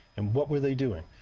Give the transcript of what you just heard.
and what were they doing?